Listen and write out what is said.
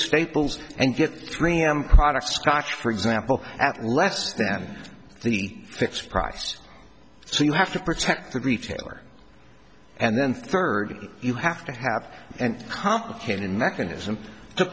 staples and get three m products scotch for example at less than the price so you have to protect the retailer and then third you have to have and complicated mechanism to